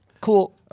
Cool